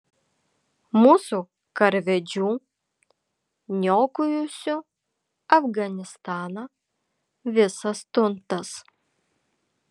mūsų karvedžių niokojusių afganistaną visas tuntas